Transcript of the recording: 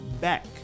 back